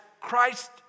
Christ